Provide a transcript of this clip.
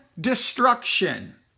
destruction